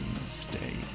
mistake